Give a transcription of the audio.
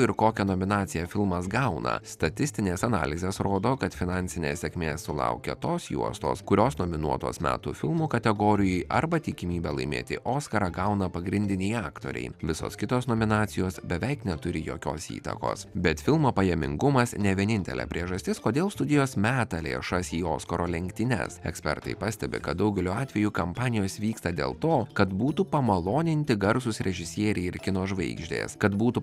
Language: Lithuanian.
ir kokią nominaciją filmas gauna statistinės analizės rodo kad finansinės sėkmės sulaukia tos juostos kurios nominuotos metų filmo kategorijoje arba tikimybę laimėti oskarą gauna pagrindiniai aktoriai visos kitos nominacijos beveik neturi jokios įtakos bet filmo pajamingumas ne vienintelė priežastis kodėl studijos meta lėšas į oskaro lenktynes ekspertai pastebi kad daugeliu atvejų kampanijos vyksta dėl to kad būtų pamaloninti garsūs režisieriai ir kino žvaigždės kad būtų